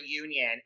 reunion